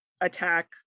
attack